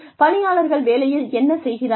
பணியாளர்கள் வேலையில் என்ன செய்கிறார்கள்